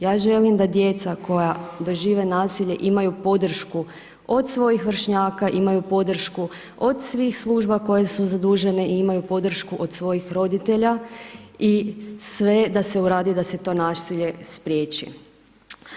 Ja želim da djeca koja dožive nasilje imaju podršku od svojih vršnjaka, imaju podršku od svih služba koje su zadužene i imaju podršku od svojih roditelja i sve da se uradi da se to nasilje spriječi.